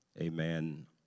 amen